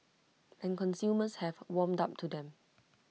and consumers have warmed up to them